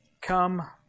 come